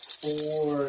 four